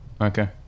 Okay